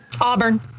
Auburn